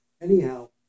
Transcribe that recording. Anyhow